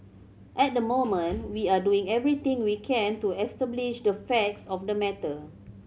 at the moment we are doing everything we can to establish the facts of the matter